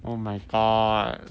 oh my god